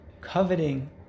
coveting